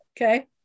okay